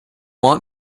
want